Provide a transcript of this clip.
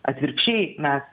atvirkščiai mes